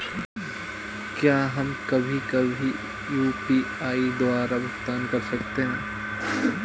क्या हम कभी कभी भी यू.पी.आई द्वारा भुगतान कर सकते हैं?